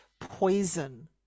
Poison